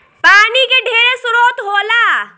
पानी के ढेरे स्रोत होला